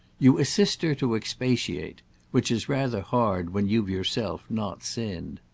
you assist her to expiate which is rather hard when you've yourself not sinned.